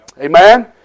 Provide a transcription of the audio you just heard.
Amen